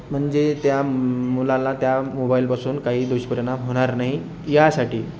म्हणजे त्या मुलाला त्या मोबाइलपासून काही दुष्परिणाम होणार नाही यासाठी